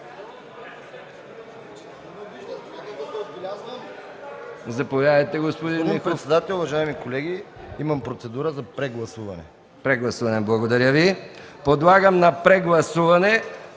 Заповядайте, господин Михов.